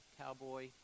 cowboy